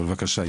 אבל בבקשה,